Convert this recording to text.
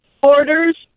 orders